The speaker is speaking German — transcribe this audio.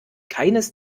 keines